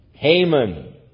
Haman